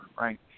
right